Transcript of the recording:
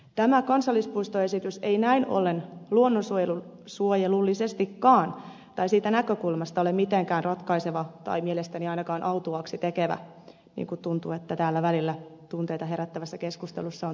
tämä kansallispuistoesitys ei näin ollen luonnonsuojelullisestikaan tai siitä näkökulmasta ole mitenkään ratkaiseva tai mielestäni ainakaan autuaaksi tekevä niin kuin tuntuu että täällä välillä tunteita herättävässä keskustelussa on tullut esille